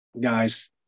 guys